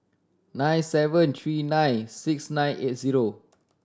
nine seven three nine six nine eight zero